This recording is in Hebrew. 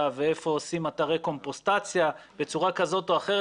ואיפה עושים אתרי קומפוסטטציה בצורה כזאת או אחרת